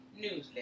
newsletter